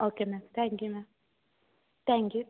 okay ma'am thank you ma'am thank you